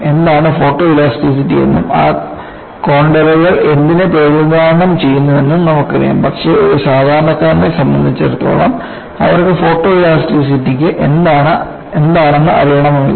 എന്താണ് ഫോട്ടോഇലാസ്റ്റിസിറ്റി എന്നും ആ കോൺണ്ടർകൾ എന്തിനെ പ്രതിനിധാനം ചെയ്യുന്നുവെന്നും നമുക്കറിയാം പക്ഷേ ഒരു സാധാരണക്കാരനെ സംബന്ധിച്ചിടത്തോളം അവർക്ക് ഫോട്ടോലാസ്റ്റിറ്റിക്ക് എന്താണെന്ന് അറിയണമെന്നില്ല